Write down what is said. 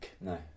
No